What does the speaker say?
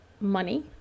money